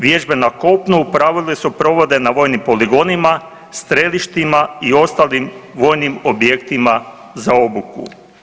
Vježbe na kopnu u pravilu se provode na vojnim poligonima, strelištima i ostalim vojnim objektima za obuku.